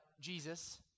Jesus